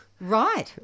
Right